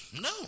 No